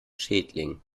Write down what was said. schädling